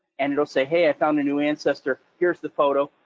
and it'll say, hey, i found a new ancestor, here's the photo,